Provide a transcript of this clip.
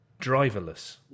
Driverless